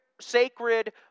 sacred